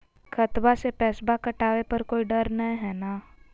खतबा से पैसबा कटाबे पर कोइ डर नय हय ना?